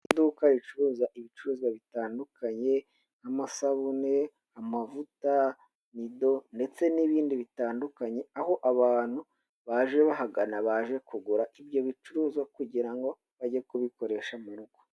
Iduka ricuruza ibicuruzwa bitandukanye nk'amasabune, amavuta, nido ndetse n'ibindi bitandukanye, aho abantu baje bahagana baje kugura ibyo bicuruzwa kugira ngo bajye kubikoresha mu rugo.